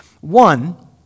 One